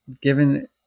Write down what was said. given